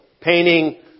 painting